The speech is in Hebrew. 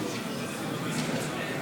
אני קובע כי ההסתייגות לא